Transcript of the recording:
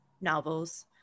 novels